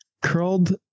curled